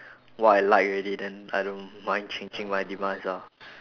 what I like already then I don't mind changing my demise ah